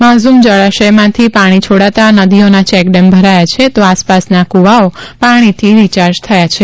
માઝ્રમ જળાશયમાંથી પાણી છોડાતા નદીઓના ચેકડેમ ભરાયા છે તો આસપાસના કુવાઓ પાણીથી રીયાર્જ થયા છે